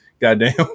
Goddamn